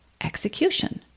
Execution